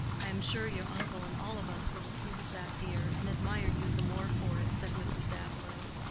i am sure your uncle and all of us will approve of that, dear, and admire you the more for it, said mrs. davilow,